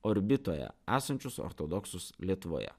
orbitoje esančius ortodoksus lietuvoje